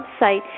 website